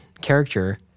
character